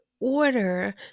order